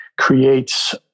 creates